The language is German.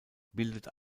bildet